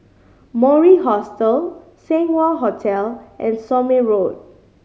Mori Hostel Seng Wah Hotel and Somme Road